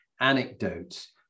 anecdotes